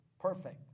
perfect